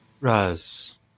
Raz